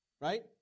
right